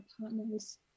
partners